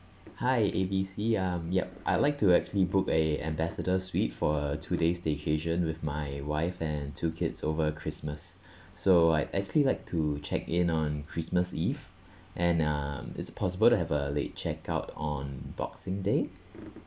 hi A B C um yup I'd like to actually book a ambassador suite for two days staycation with my wife and two kids over christmas so I actually like to check in on christmas eve and um is it possible to have a late check out on boxing day